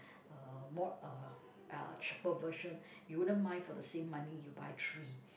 uh more uh cheaper version you wouldn't mind for the same money you buy three